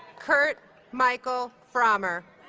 kurt michael pfrommer